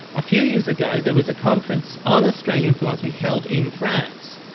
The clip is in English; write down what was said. a few years ago there was a conference on australian philosophy held in france.